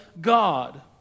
God